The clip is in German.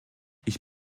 ich